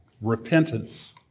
repentance